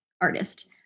artist